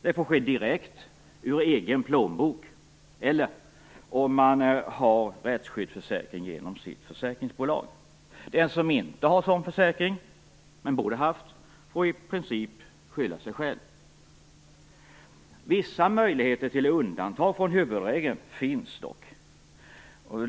Det får ske direkt ur egen plånbok, eller - om man har rättsskyddsförsäkring - genom försäkringsbolaget. Den som inte har sådan försäkring, men borde ha haft det, får i princip skylla sig själv. Vissa möjligheter till undantag från huvudregeln finns dock.